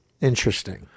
interesting